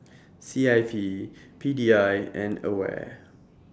C I P P D I and AWARE